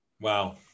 Wow